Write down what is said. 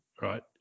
right